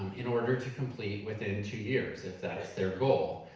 in order to complete within two years if that's their goal.